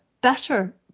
better